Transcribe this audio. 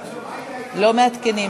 תעשה לנו את זה, מה סדר הדוברים?